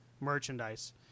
merchandise